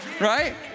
right